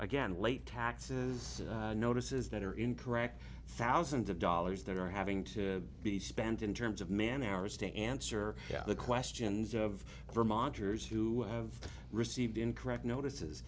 again late taxes notices that are incorrect thousands of dollars that are having to be spent in terms of man hours to answer the questions of vermonters you have received incorrect notices